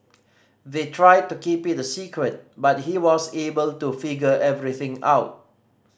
they tried to keep it a secret but he was able to figure everything out